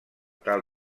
tal